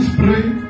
pray